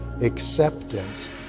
acceptance